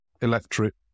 electric